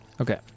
Okay